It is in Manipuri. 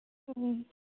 ꯎꯝ